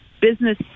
business